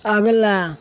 अगला